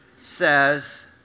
says